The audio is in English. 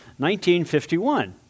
1951